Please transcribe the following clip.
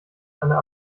eine